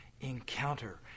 encounter